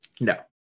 No